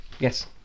Yes